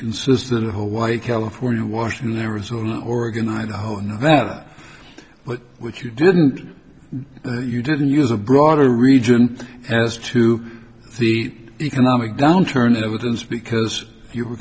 consisted of hawaii california washington arizona oregon idaho and that but which you didn't you didn't use a broader region as to the economic downturn evidence because you were